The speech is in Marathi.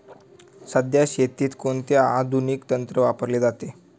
सध्या शेतीत कोणते आधुनिक तंत्र वापरले जाते?